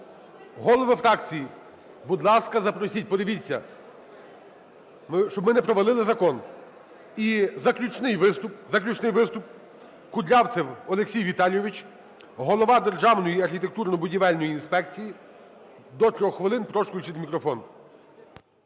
Голови фракцій, будь ласка, запросіть, подивіться, щоб ми не провалили закон. І заключний виступ – Кудрявцев Олексій Віталійович, голова Державної архітектурно-будівельної інспекції, до 3 хвилин. Прошу включити мікрофон.